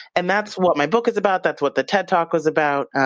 and that's what my book is about, that's what the ted talk was about,